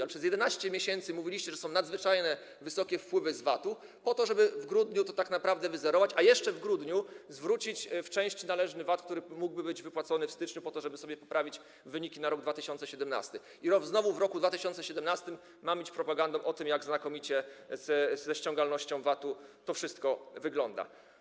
Ale przez 11 miesięcy mówiliście, że są nadzwyczajne wysokie wpływy z VAT, po to, żeby tak naprawdę w grudniu to wyzerować i jeszcze w grudniu zwrócić w części należny VAT, który mógłby być wypłacony w styczniu, po to, żeby sobie poprawić wyniki na rok 2017 i znowu w roku 2017 mamić propagandą o tym, jak znakomicie ze ściągalnością VAT-u to wszystko wygląda.